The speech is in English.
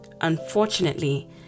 Unfortunately